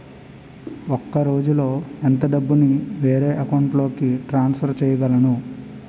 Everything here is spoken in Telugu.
ఒక రోజులో ఎంత డబ్బుని వేరే అకౌంట్ లోకి ట్రాన్సఫర్ చేయగలను?